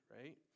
right